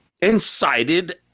incited